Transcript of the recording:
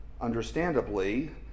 Understandably